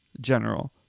general